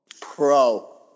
Pro